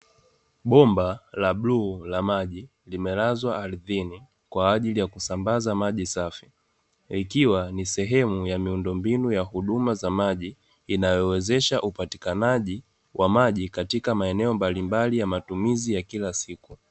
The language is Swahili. Bomba la bluu la maji limelazwa ardhini kwa ajili ya kusambaza maji safi, ikiwa ni sehemu ya miundombinu ya huduma za maji inayowezesha upatikanaji wa maji, katika maeneo mbalimbali ya kila siku.